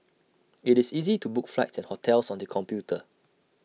IT is easy to book flights and hotels on the computer